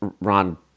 Ron